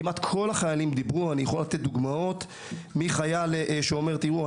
כמעט כל החיילים דיברו ואני יכול לתת דוגמאות מחייל שאומר: תראו,